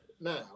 now